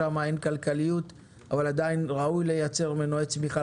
שם אין כדאיות כלכלית אבל עדיין ראוי לייצר מנועי צמיחה